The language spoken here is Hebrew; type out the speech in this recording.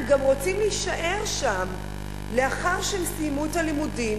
גם רוצים להישאר שם לאחר שהם סיימו את הלימודים,